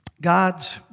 God's